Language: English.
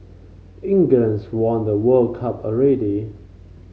England's won the World Cup already